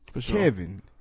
Kevin